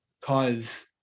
cause